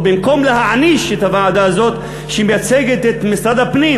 ובמקום להעניש את הוועדה הזאת שמייצגת את משרד הפנים,